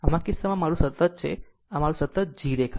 આમ આ કિસ્સામાં આ મારું સતત છે આ મારી સતત G રેખા છે